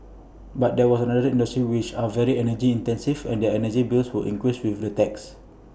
but there were other industries which are very energy intensive and their energy bills would increase with the tax